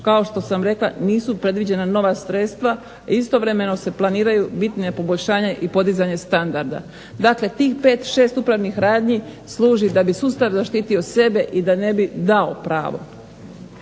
kao što sam rekla nisu predviđena nova sredstva, a istovremeno se planiraju bitnija poboljšanja i podizanje standarda. Dakle, tih 5, 6 upravnih radnji služi da bi sustav zaštitio sebe i da ne bi dao pravo.